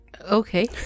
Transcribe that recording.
Okay